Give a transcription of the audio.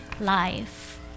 life